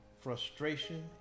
frustration